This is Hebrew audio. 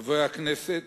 חברי הכנסת,